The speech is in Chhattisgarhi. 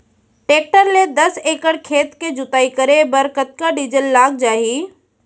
टेकटर ले दस एकड़ खेत के जुताई करे बर कतका डीजल लग जाही?